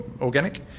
organic